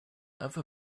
other